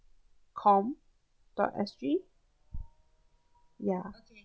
com dot S G ya